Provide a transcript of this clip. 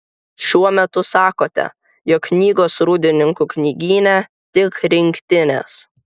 šiuo metu sakote jog knygos rūdninkų knygyne tik rinktinės